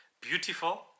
beautiful